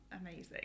amazing